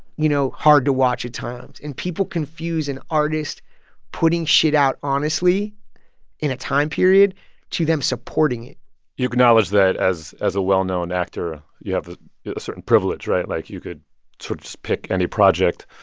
you know, hard to watch at times, and people confuse an artist putting shit out honestly in a time period to them supporting it you acknowledge that as as a well-known actor, you have ah a certain privilege, right? like, you could sort of just pick any project.